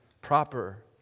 proper